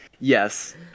yes